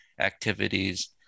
activities